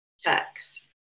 checks